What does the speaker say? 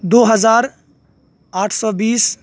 دو ہزار آٹھ سو بیس